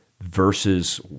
versus